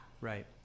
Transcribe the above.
Right